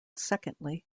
secondly